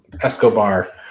Escobar